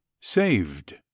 Saved